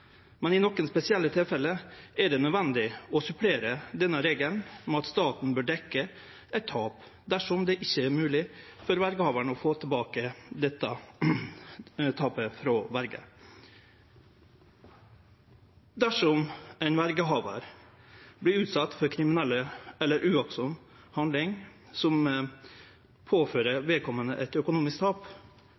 Men i nokre spesielle tilfelle er det nødvendig å supplere denne regelen om at staten bør dekkje eit tap dersom det ikkje er mogleg for verjehavaren å få tilbake dette tapet frå verjen. Dersom ein verjehavar vert utsett for kriminell eller aktlaus handling som påfører vedkomande eit økonomisk tap,